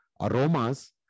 aromas